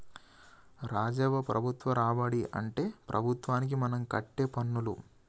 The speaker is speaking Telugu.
రాజవ్వ ప్రభుత్వ రాబడి అంటే ప్రభుత్వానికి మనం కట్టే పన్నులు